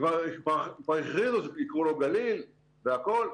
כבר הכריזו שיקראו לו גליל והכול.